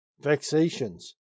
vexations